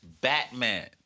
Batman